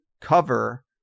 cover